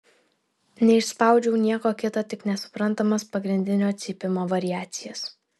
neišspaudžiau nieko kito tik nesuprantamas pagrindinio cypimo variacijas